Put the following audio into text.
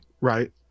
Right